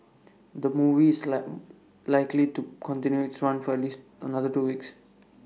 the movie is like likely to continue its run for at least another two weeks